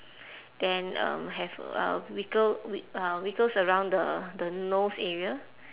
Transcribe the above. then um have uh wiggle wi~ uh wiggles around the the nose area